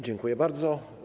Dziękuję bardzo.